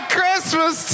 Christmas